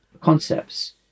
concepts